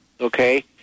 okay